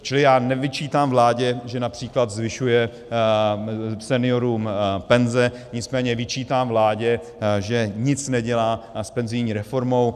Čili já nevyčítám vládě, že například zvyšuje seniorům penze, nicméně vyčítám vládě, že nic nedělá s penzijní reformou.